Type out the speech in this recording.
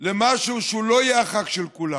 למשהו שלא יהיה החג של כולם.